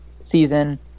season